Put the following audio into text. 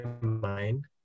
mind